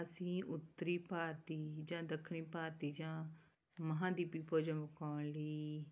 ਅਸੀਂ ਉੱਤਰੀ ਭਾਰਤੀ ਜਾਂ ਦੱਖਣੀ ਭਾਰਤੀ ਜਾਂ ਮਹਾਂਦੀਪੀ ਭੋਜਨ ਖਾਣ ਲਈ